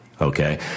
okay